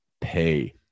pay